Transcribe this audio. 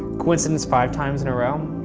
coincidence five times in a row?